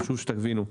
חשוב שתבינו.